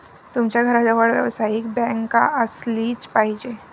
तुमच्या घराजवळ व्यावसायिक बँक असलीच पाहिजे